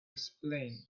explain